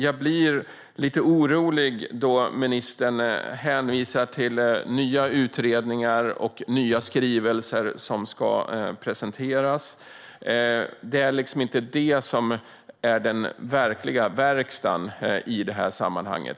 Jag blir lite orolig då ministern hänvisar till nya utredningar och nya skrivelser som ska presenteras. Det är inte det som är den verkliga verkstaden i detta sammanhang.